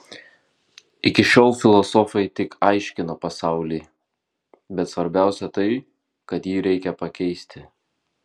iki šiol filosofai tik aiškino pasaulį bet svarbiausia tai kad jį reikia pakeisti